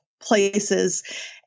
places